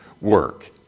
work